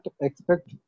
expect